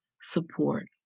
support